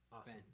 awesome